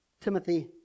Timothy